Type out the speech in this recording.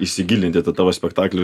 įsigilint į tą tavo spektaklį